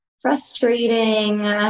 frustrating